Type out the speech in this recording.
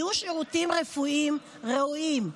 יהיו שירותים רפואיים ראויים,